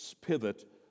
pivot